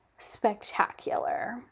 spectacular